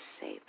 safe